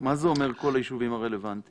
מה זה אומר "כל היישובים הרלוונטיים"?